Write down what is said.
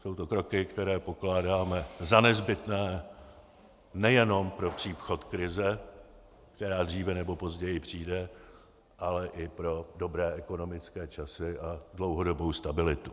Jsou to kroky, které pokládáme za nezbytné nejenom pro příchod krize, která dříve nebo později přijde, ale i pro dobré ekonomické časy a dlouhodobou stabilitu.